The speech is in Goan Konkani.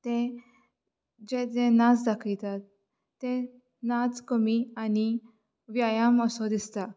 तें जे जे नाच दाखयतात तें नाच कमी आनी व्यायाम असो दिसता